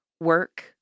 work